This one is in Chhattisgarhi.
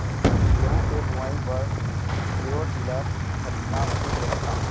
गेहूँ के बुवाई बर जीरो टिलर खरीदना उचित रही का?